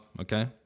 Okay